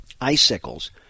Icicles